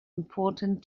important